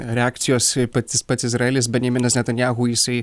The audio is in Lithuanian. reakcijos pats jis pats izraelis benjaminas netanjahu jisai